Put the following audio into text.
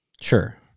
sure